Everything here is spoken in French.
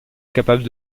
capable